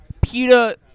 Peter